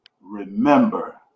Remember